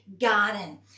garden